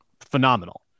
phenomenal